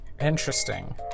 Interesting